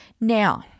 now